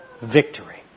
victory